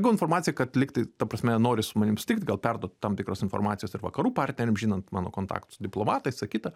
gavau informaciją kad lygtai ta prasme nori su manim susitikt gal perduot tam tikros informacijos ir vakarų partneriam žinant mano kontaktus diplomatai visa kita